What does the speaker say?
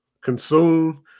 consume